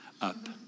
up